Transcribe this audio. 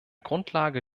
grundlage